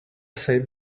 safe